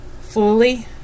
fully